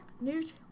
Newt